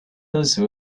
those